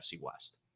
West